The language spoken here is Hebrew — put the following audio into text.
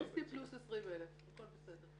אלטרואיסטי פלוס 20,000. כן ירבו.